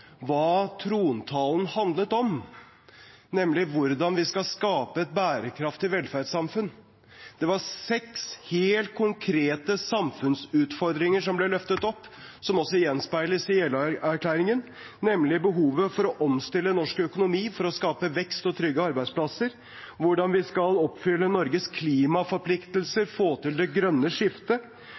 hva trontalen handlet om, nemlig hvordan vi skal skape et bærekraftig velferdssamfunn. Det var seks helt konkrete samfunnsutfordringer som ble løftet opp, som også gjenspeiles i Jeløya-erklæringen, nemlig: behovet for å omstille norsk økonomi for å skape vekst og trygge arbeidsplasser hvordan vi skal oppfylle Norges klimaforpliktelser og få til det grønne skiftet